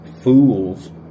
fools